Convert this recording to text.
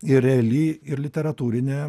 ir reali ir literatūrinė